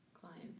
clients